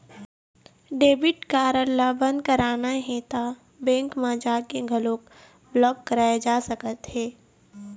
debit card ल बंद कराना हे त बेंक म जाके घलोक ब्लॉक कराए जा सकत हे